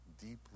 deeply